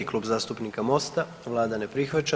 Klub zastupnika MOST-a, vlada ne prihvaća.